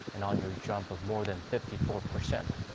an on-year jump of more than fifty four percent.